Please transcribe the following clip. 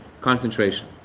concentration